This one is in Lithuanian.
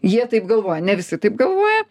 jie taip galvoja ne visi taip galvoja